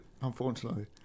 unfortunately